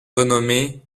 renommé